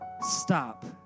stop